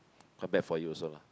quite bad for you also lah